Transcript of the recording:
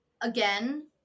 Again